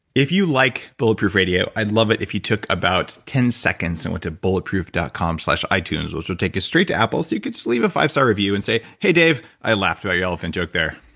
if you like bulletproof radio, i'd love it if you took about ten seconds and went to bulletproof dot com slash itunes, which will take you straight to apple, so you could just leave a five star review and say, hey, dave. i laughed about your elephant joke there.